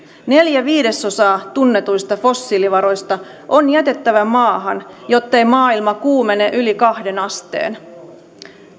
neljä viidesosaa tunnetuista fossiilivaroista on jätettävä maahan jottei maailma kuumene yli kahteen asteen